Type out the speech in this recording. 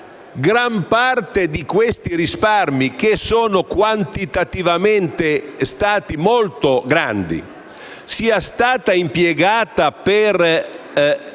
gran parte di questi risparmi, che sono stati quantitativamente molto grandi, sia stata impiegata per